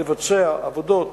לבצע עבודות